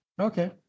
okay